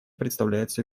представляется